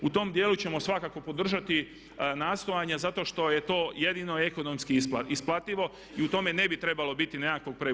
U tom djelu ćemo svakako podržati nastojanja zato što je to jedino ekonomski isplativo i u tome ne bi trebalo biti nekakvog problema.